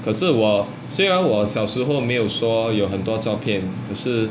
可是我虽然我小时候没有说有很多照片可是